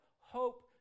hope